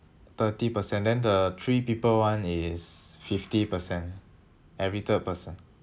thirty percent then the three people [one] is fifty percent every third person